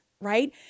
Right